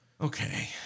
Okay